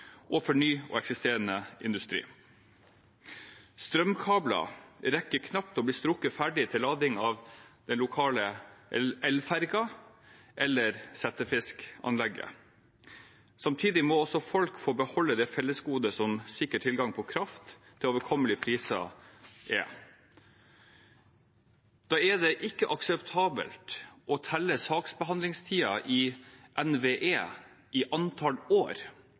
og for ny og eksisterende industri. Strømkabler rekker knapt å bli strukket ferdig til lading av den lokale elfergen eller settefiskanlegget. Samtidig må folk få beholde det fellesgodet som sikker tilgang på kraft til overkommelige priser er. Da er det ikke akseptabelt å telle saksbehandlingstiden i NVE i antall år,